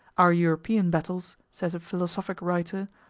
our european battles, says a philosophic writer,